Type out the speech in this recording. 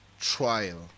Trial